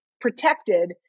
protected